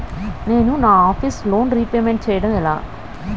నేను నా office loan repayment చేయడం ఎలా?